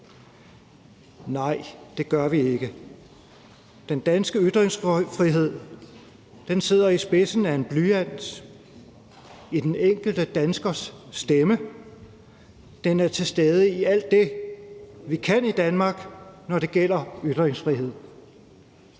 Nej, det gør vi ikke. Den danske ytringsfrihed sidder i spidsen af en blyant og i den enkelte danskers stemme. Den er til stede i alt det, vi kan i Danmark, når det gælder ytringsfrihed,